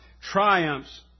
triumphs